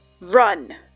run